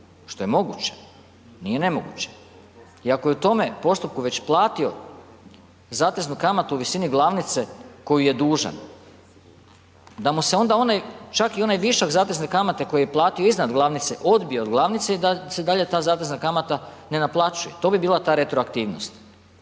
što je moguće, nije nemoguće i ako je u tome postupku već platio zateznu kamatu u visini glavnice koju je dužan, da mu se onda čak i onaj višak zatezne kamate koju je platio iznad glavnice odbije od glavnice i da se dalje ta zatezna kamata ne naplaćuje, to bi bila ta retroaktivnost